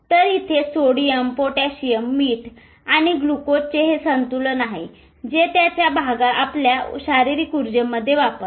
तर इथे sodium potassium मीठ आणि ग्लुकोजचे हे संतुलन आहे जे त्याचा आपल्या शारीरिक उर्जेमध्ये वापरते